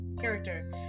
character